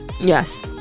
Yes